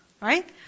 Right